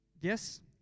Yes